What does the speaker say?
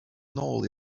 nôl